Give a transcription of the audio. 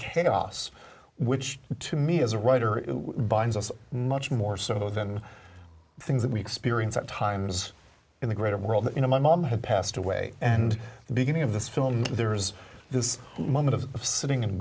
chaos which to me as a writer it binds us much more so than things that we experience at times in the greater world that you know my mom had passed away and the beginning of this film there was this moment of sitting in